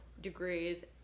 degrees